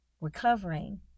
recovering